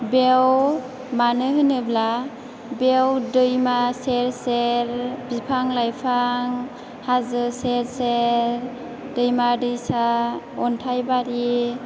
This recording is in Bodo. बेयाव मानो होनोब्ला बेयाव दैमा सेर सेर बिफां लाइफां हाजो सेर सेर दैमा दैसा अन्थाइ बारि